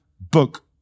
book